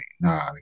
nah